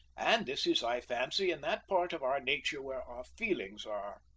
and this is, i fancy, in that part of our nature where our feelings are.